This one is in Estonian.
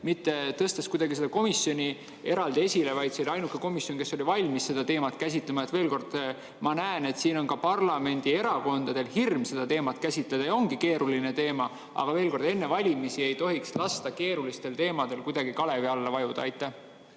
mitte kuidagi tõstes seda komisjoni eraldi esile –, et see oli ainuke komisjon, kes oli valmis seda teemat käsitlema. Veel kord, ma näen, et siin on ka parlamendierakondadel hirm seda teemat käsitleda, ja see ongi keeruline teema. Aga veel kord, enne valimisi ei tohiks lasta keerulistel teemadel kuidagi kalevi alla vajuda. Jah,